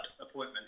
appointment